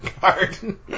card